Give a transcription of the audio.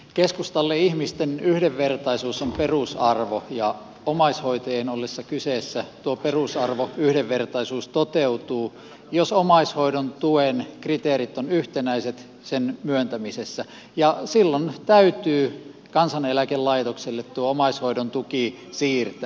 keskustalle ihmisten yhdenvertaisuus on perusarvo ja omaishoitajien ollessa kyseessä tuo perusarvo yhdenvertaisuus toteutuu jos omaishoidon tuen kriteerit ovat yhtenäiset sen myöntämisessä ja silloin täytyy kansaneläkelaitokselle tuo omaishoidon tuki siirtää